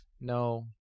No